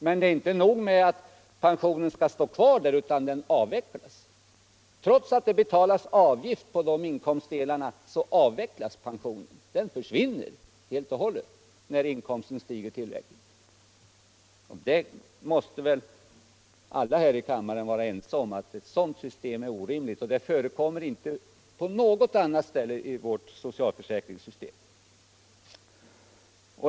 Men det är inte nog med att pensionen skall stå kvar där utan den avvecklas. Trots att avgifter på dessa inkomstdelar betalas, försvinner pensionen helt och hållet, när inkomsten stiger tillräckligt. Alla här i kammaren måste väl hålla med om att ett sådant system är orimligt. Det förekommer ingen annanstans inom vårt Socialförsäkringssystem.